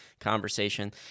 conversation